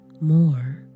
more